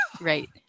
Right